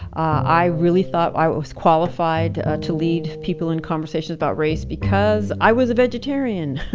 i really thought i was qualified to lead people in conversations about race because i was a vegetarian!